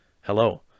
hello